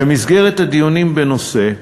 במסגרת הדיונים בנושא,